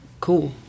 cool